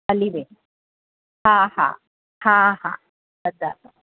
हली वे हा हा हा हा थधु आहे